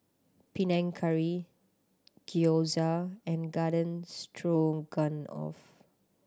Panang Curry Gyoza and Garden Stroganoff